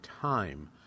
time